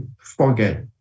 forget